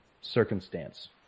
circumstance